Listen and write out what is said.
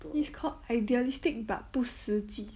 this is called idealistic but 不实际